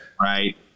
Right